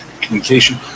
communication